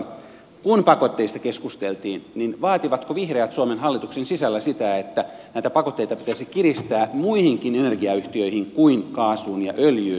kun pakotteista keskusteltiin niin vaativatko vihreät suomen hallituksen sisällä sitä että näitä pakotteita pitäisi kiristää muihinkin energiayhtiöihin kuin kaasun tai öljyn tai nimenomaan öljyn osalta